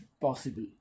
possible